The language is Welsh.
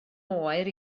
oer